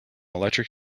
electric